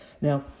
Now